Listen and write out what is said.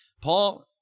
Paul